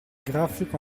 grafico